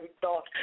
thought